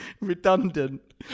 redundant